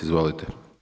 Izvolite.